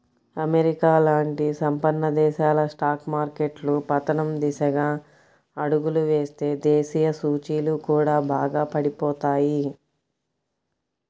America లాంటి సంపన్న దేశాల స్టాక్ మార్కెట్లు పతనం దిశగా అడుగులు వేస్తే దేశీయ సూచీలు కూడా బాగా పడిపోతాయి